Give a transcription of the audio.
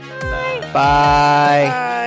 Bye